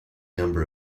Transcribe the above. number